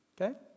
okay